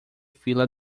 fila